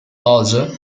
lager